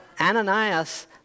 Ananias